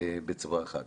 בצורה אחת.